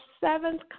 seventh